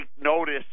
notice